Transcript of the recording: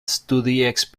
experience